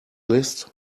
list